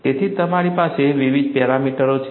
તેથી તમારી પાસે વિવિધ પેરામીટરો છે